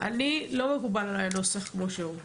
עליי לא מקובל הנוסח כמו שהוא,